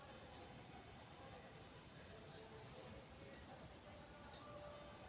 बकरी एक साथ कई नर आरो मादा मेमना कॅ जन्म दै छै